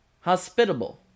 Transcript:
hospitable